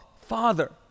Father